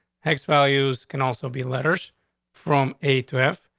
hex values can also be letters from a to f,